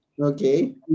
Okay